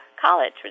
College